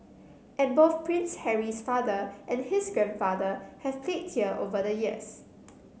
and both Prince Harry's father and his grandfather have played here over the years